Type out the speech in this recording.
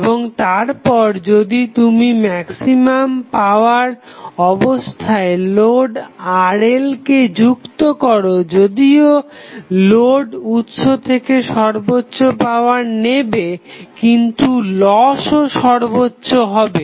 এবং তারপর যদি তুমি ম্যাক্সিমাম পাওয়ার অবস্থায় লোড RL কে যুক্ত করো যদিও লোড উৎস থেকে সর্বোচ্চ পাওয়ার নেবে কিন্তু লসও সর্বোচ্চ হবে